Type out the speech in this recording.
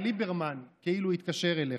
שליברמן כאילו התקשר אליך,